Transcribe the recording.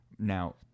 Now